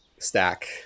stack